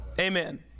Amen